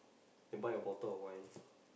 then buy a bottle of wine